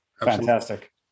fantastic